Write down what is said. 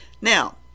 Now